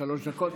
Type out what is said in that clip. שלוש דקות?